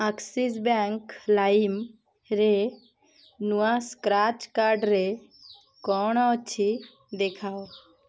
Axis bank ଲାଇମ୍ରେ ନୂଆ scratch କାର୍ଡ଼ରେ କ'ଣ ଅଛି ଦେଖାଅ